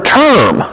term